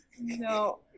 No